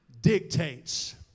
dictates